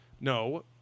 no